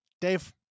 Dave